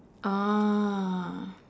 ah